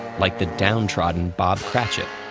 like the downtrodden bob cratchit,